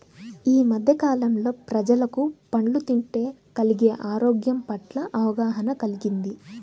యీ మద్దె కాలంలో ప్రజలకు పండ్లు తింటే కలిగే ఆరోగ్యం పట్ల అవగాహన కల్గింది